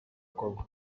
akorwa